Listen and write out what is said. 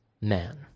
man